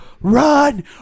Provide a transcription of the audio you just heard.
Run